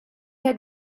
had